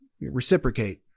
reciprocate